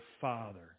Father